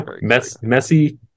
messy